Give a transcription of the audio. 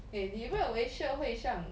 eh 你认为社会上